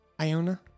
Iona